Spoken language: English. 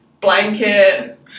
blanket